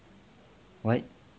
what